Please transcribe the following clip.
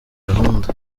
gahunda